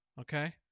Okay